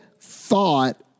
thought